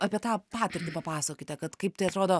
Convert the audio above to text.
apie tą patirtį papasakokite kad kaip tai atrodo